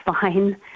fine